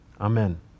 Amen